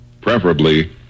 preferably